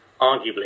arguably